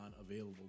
available